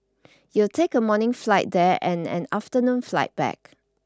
you'll take a morning flight there and an afternoon flight back